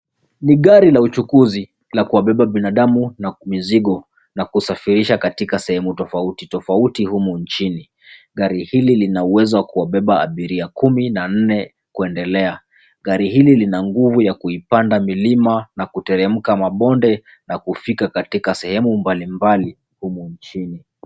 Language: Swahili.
Ni gari la uchukuzi la kuwabeba binadamu na mizigo na kusafirisha katika sehemu tofautitofauti humu nchini. Gari hili lina uwezo wa kuwabeba abiria kumi na nne kuendelea. Gari hili lina nguvu ya kuipanda milima na kuteremka mabonde na kufika katika sehemu mbalimabali humu nchini.